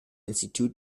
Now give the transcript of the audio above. institute